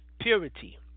purity